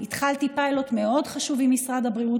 התחלתי פיילוט חשוב מאוד עם משרד הבריאות